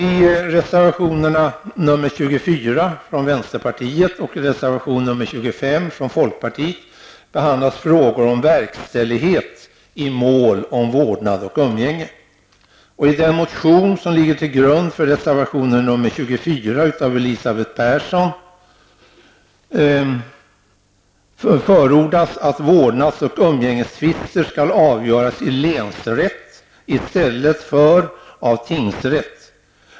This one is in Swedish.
I reservationerna 24 från vänsterpartiet och 25 från folkpartiet behandlas frågor om verkställighet i mål om vårdnad och umgänge. I den motion som ligger till grund för reservation 24 av Elisabeth Persson förordas att vårdnads och umgängestvister skall avgöras i länsrätt i stället för av tingsrätt.